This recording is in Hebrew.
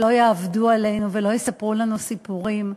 שלא יעבדו עלינו ולא יספרו לנו סיפורים,